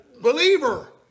believer